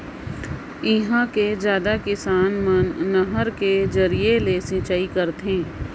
इहां के जादा किसान मन नहर के जरिए ले सिंचई करथे